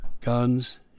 guns